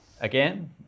again